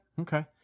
Okay